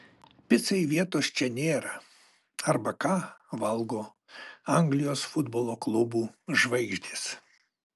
picai vietos čia nėra arba ką valgo anglijos futbolo klubų žvaigždės